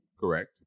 Correct